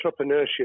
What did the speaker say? entrepreneurship